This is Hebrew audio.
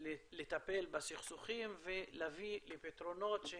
לטפל בסכסוכים ולהביא לפתרונות של